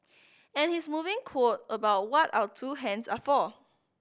and his moving quote about what our two hands are for